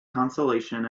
consolation